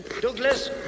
Douglas